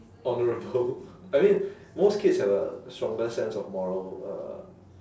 honourable I mean most kids have a stronger sense of moral uh